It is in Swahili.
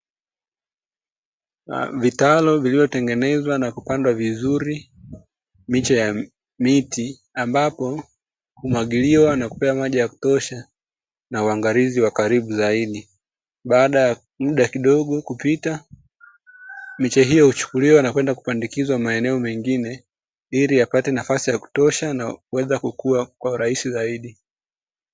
Vitalu vilivyotengenezwa na kupandwa vizuri miche ya miti ambapo humwagiliwa na kupewa maji ya kutosha na uangalizi wa karibu zaidi. Baada ya muda kidogo kupita, miche hiyo huchukuliwa na kwenda kupandikizwa maeneo mengine, ili yapate nafasi ya kutosha na kuweza kukua kwa urahisi zaidi.